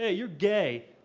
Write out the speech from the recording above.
ah you're gay,